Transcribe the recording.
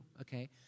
okay